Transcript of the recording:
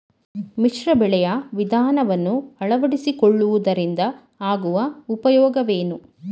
ಮಿಶ್ರ ಬೆಳೆಯ ವಿಧಾನವನ್ನು ಆಳವಡಿಸಿಕೊಳ್ಳುವುದರಿಂದ ಆಗುವ ಉಪಯೋಗವೇನು?